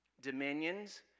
dominions